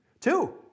Two